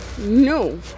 No